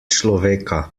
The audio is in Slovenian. človeka